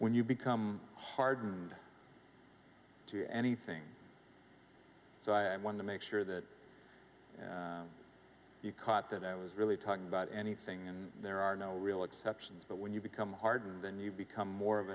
when you become hardened to anything so i want to make sure that you caught that i was really talking about anything and there are no real exceptions but when you become hardened and you become more o